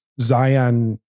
Zion